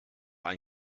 ein